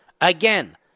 Again